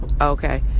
Okay